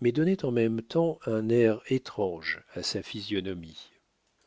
mais donnaient en même temps un air étrange à sa physionomie